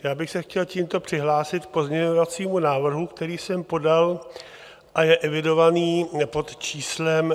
Já bych se chtěl tímto přihlásit k pozměňovacímu návrhu, který jsem podal a je evidován pod číslem 554.